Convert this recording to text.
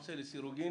נעשה לסירוגין.